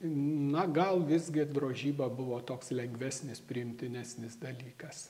na gal visgi drožyba buvo toks lengvesnis priimtinesnis dalykas